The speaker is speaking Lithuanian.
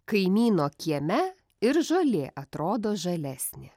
kaimyno kieme ir žolė atrodo žalesnė